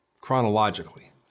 chronologically